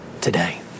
today